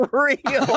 real